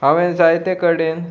हांवें जायते कडेन